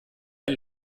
ein